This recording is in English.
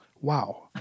Wow